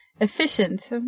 efficient